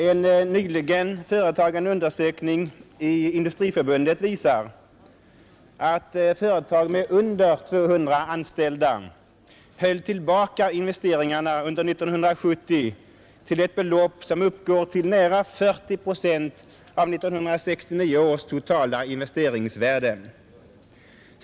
En nyligen gjord undersökning i Industriförbundet visar, att företag med under 200 anställda höll tillbaka investeringarna under 1970 till ett belopp, som uppgår till nära 40 procent av 1969 års totala investeringsvärde.